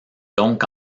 donc